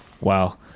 Wow